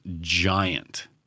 giant